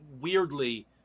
weirdly